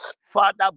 father